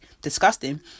disgusting